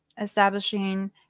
establishing